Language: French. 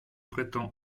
prétend